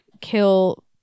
kill